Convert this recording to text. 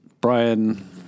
Brian